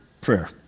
Prayer